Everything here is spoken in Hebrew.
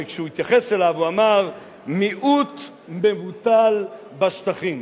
וכשהוא התייחס אליו הוא אמר "מיעוט מבוטל בשטחים".